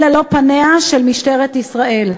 אלה לא פניה של משטרת ישראל,